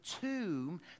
tomb